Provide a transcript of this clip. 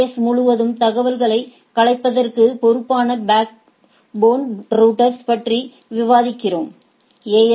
S முழுவதும் தகவல்களைக் கலைப்பதற்குப் பொறுப்பான பேக்போன் ரௌட்டர்கள் பற்றி விவாதித்திருக்கிறோம்எ